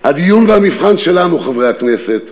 הדיון והמבחן שלנו, חברי הכנסת,